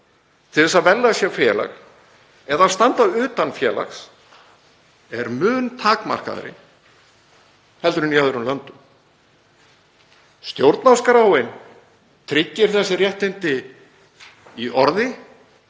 til þess að velja sér félag eða standa utan félags er mun takmarkaðri en í öðrum löndum. Stjórnarskráin tryggir þessi réttindi í orði